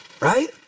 Right